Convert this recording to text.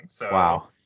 Wow